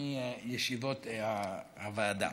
מישיבות הוועדה.